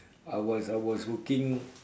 I was I was working